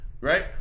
right